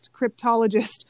cryptologist